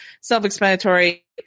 self-explanatory